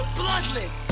bloodless